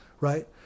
right